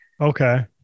Okay